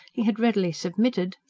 he had readily submitted,